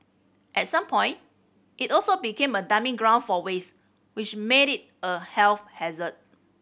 at some point it also became a dumping ground for waste which made it a health hazard